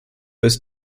his